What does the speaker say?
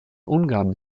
ungarn